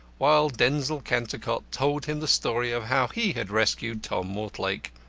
while denzil cantercot told him the story of how he had rescued tom mortlake.